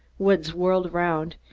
woods whirled around.